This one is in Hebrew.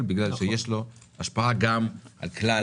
בגלל שיש לו השפעה גם על כלל המשק.